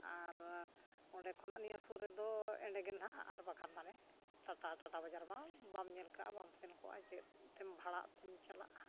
ᱟᱨ ᱚᱸᱰᱮ ᱠᱷᱚᱱᱟᱜ ᱱᱤᱭᱟᱹ ᱥᱩᱨ ᱨᱮᱫᱚ ᱮᱸᱰᱮᱜᱮ ᱱᱟᱦᱟᱜ ᱟᱨ ᱵᱟᱠᱷᱟᱱ ᱢᱟᱱᱮ ᱴᱟᱴᱟ ᱴᱟᱴᱟ ᱵᱟᱡᱟᱨ ᱢᱟ ᱵᱟᱢ ᱧᱮᱞ ᱠᱟᱜᱼᱟ ᱵᱟᱢ ᱥᱮᱱ ᱠᱚᱜᱼᱟ ᱪᱮᱫ ᱛᱮᱢ ᱵᱷᱟᱲᱟ ᱛᱮᱢ ᱪᱟᱞᱟᱜᱼᱟ